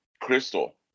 crystal